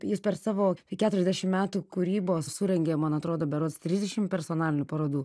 jis per savo keturiasdešim metų kūrybos surengė man atrodo berods trisdešim personalinių parodų